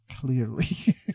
clearly